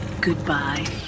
Goodbye